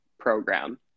program